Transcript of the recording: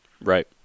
Right